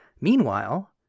Meanwhile